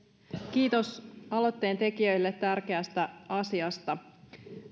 kiitos aloitteen tekijöille tärkeästä asiasta